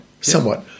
somewhat